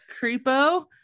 creepo